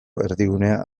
erdigunea